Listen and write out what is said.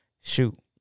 shoot